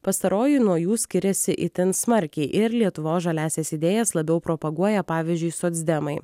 pastaroji nuo jų skiriasi itin smarkiai ir lietuvos žaliąsias idėjas labiau propaguoja pavyzdžiui socdemai